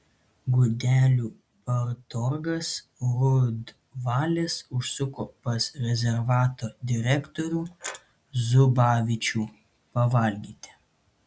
gudelių partorgas rudvalis užsuko pas rezervato direktorių zubavičių pavalgyti